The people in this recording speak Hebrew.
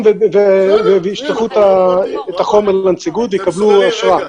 וישלחו את החומר לנציגות ויקבלו אשרה.